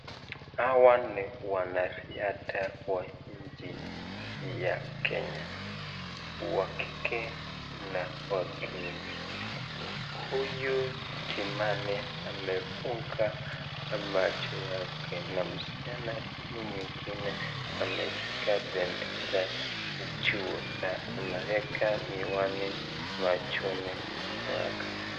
Hawa ni wanariadha wa nchi ya Kenya, wa kike na wa kiume. Huyu Kimani amefunga macho yake, na msichana huyu mwingine ameshika bendera juu na ameweka miwani machoni mwake.